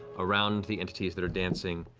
around the entities that are dancing.